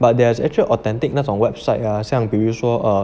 but there's actual authentic 那种 website ah 像比如说 um